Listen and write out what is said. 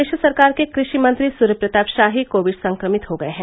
प्रदेश सरकार के कृषि मंत्री सूर्यप्रताप शाही कोविड संक्रमित हो गए हैं